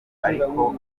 ariko